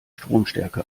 stromstärke